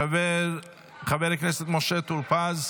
חבר הכנסת יוסף עטאונה,